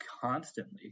constantly